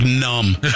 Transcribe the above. numb